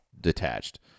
detached